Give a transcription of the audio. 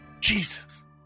Jesus